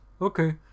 okay